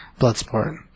Bloodsport